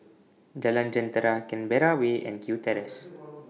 Jalan Jentera Canberra Way and Kew Terrace